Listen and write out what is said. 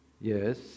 Yes